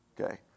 Okay